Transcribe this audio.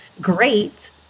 great